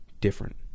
different